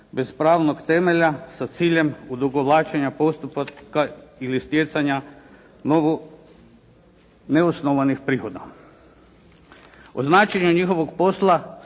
bez pravnog temelja sa ciljem odugovlačenja postupka ili stjecanja neosnovanih prihoda. O značenju njihovog posla